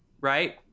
right